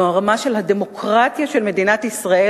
ברמה של הדמוקרטיה של מדינת ישראל,